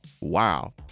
Wow